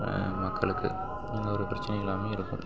மக்களுக்கு எந்த ஒரு பிரச்சினை இல்லாமையும் இருக்கும்